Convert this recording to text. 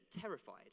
terrified